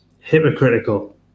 hypocritical